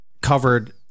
covered